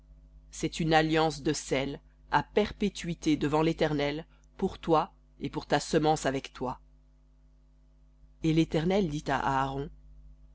c'est une alliance de sel à perpétuité devant l'éternel pour toi et pour ta semence avec toi v hébreu